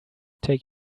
take